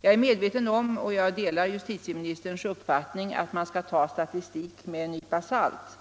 Jag är medveten om, och jag delar justitieministerns uppfattning, att man skall ta statistik med en nypa salt.